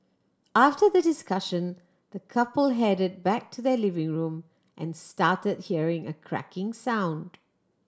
after the discussion the couple headed back to their living room and started hearing a cracking sound